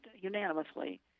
unanimously